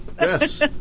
Yes